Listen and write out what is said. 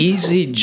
Easy